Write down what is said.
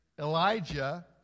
Elijah